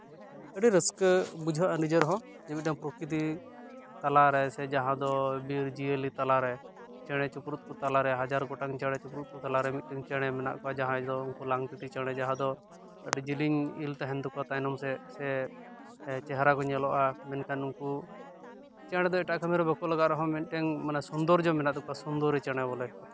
ᱟᱹᱰᱤ ᱨᱟᱹᱥᱠᱟᱹ ᱵᱩᱡᱷᱟᱹᱜᱼᱟ ᱱᱤᱡᱮᱨ ᱦᱚᱸ ᱡᱮ ᱢᱤᱫᱴᱟᱱ ᱯᱨᱚᱠᱨᱤᱛᱤ ᱛᱟᱞᱟᱨᱮ ᱥᱮ ᱡᱟᱦᱟᱸ ᱫᱚ ᱵᱤᱨ ᱡᱤᱭᱟᱹᱞᱤ ᱛᱟᱞᱟᱨᱮ ᱪᱮᱬᱮᱼᱪᱤᱯᱨᱩᱫ ᱛᱟᱞᱟᱨᱮ ᱦᱟᱡᱟᱨ ᱜᱚᱴᱟᱝ ᱪᱮᱬᱮ ᱪᱤᱯᱨᱩᱫ ᱠᱚ ᱛᱟᱞᱟᱨᱮ ᱢᱤᱫᱴᱟᱝ ᱪᱮᱬᱮ ᱢᱮᱱᱟᱜ ᱠᱚᱣᱟ ᱡᱟᱦᱟᱸᱭ ᱫᱚᱠᱚ ᱞᱟᱝᱛᱤᱛᱤ ᱪᱮᱬᱮ ᱡᱟᱦᱟᱸᱭ ᱫᱚ ᱟᱹᱰᱤ ᱡᱤᱞᱤᱧ ᱤᱞ ᱛᱟᱦᱮᱱ ᱛᱟᱠᱚᱣᱟ ᱛᱟᱭᱚᱢ ᱥᱮᱜ ᱥᱮ ᱪᱮᱦᱨᱟ ᱠᱚ ᱧᱮᱞᱚᱜᱼᱟ ᱢᱮᱱᱠᱷᱟᱱ ᱱᱩᱠᱩ ᱪᱮᱬᱮ ᱫᱚ ᱮᱴᱟᱜ ᱠᱟᱹᱢᱤᱨᱮ ᱵᱟᱠᱚ ᱞᱟᱜᱟᱜ ᱨᱮᱦᱚᱸ ᱢᱤᱫᱴᱮᱱ ᱥᱩᱱᱫᱚᱨᱡᱚ ᱢᱮᱱᱟᱜ ᱛᱟᱠᱚᱣᱟ ᱥᱩᱱᱫᱚᱨᱡᱚ ᱪᱮᱬᱮ ᱵᱚᱞᱮ